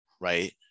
right